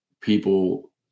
people